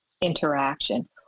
interaction